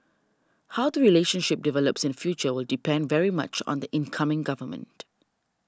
how the relationship develops in future will depend very much on the incoming government